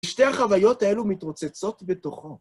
שתי החוויות האלו מתרוצצות בתוכו.